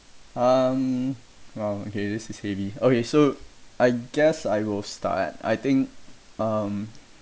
um !wow! okay this is heavy okay so I guess I will start I think um